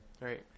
right